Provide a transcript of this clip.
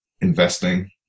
investing